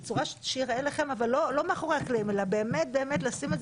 בצורה שייראה לכם אבל לא מאחורי הקלעים אלא באמת באמת לשים את זה